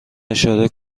اشاره